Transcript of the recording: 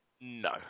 No